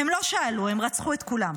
הם לא שאלו, הם רצחו את כולם.